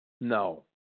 No